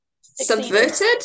Subverted